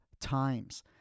times